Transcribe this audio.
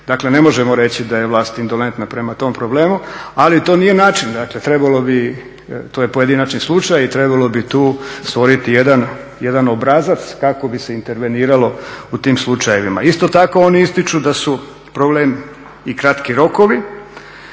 Dakle, ne možemo reći da je vlast indolentna prema tom problemu ali to nije način. Dakle, to je pojedinačni slučaj i trebalo bi tu stvoriti jedan obrazac kako bi se interveniralo u tim slučajevima. Isto tako oni ističu da su problem i kratki rokovi,